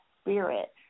spirit